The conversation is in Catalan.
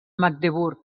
magdeburg